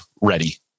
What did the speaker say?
ready